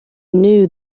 knew